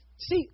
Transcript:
See